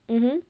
mmhmm